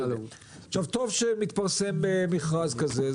טוב שמתפרסם מכרז כזה.